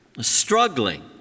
struggling